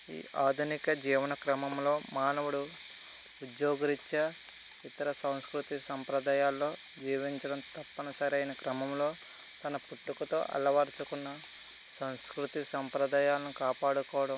ఆధునిక జీవన క్రమంలో మానవుడు ఉద్యోగ రీత్య ఇతర సంస్కృతి సాంప్రదాయాలలో జీవించడం తప్పనిసరైన క్రమంలో తన పుట్టుకతో అలవరచుకున్న సంస్కృతి సాంప్రదాయాలను కాపాడుకోవడం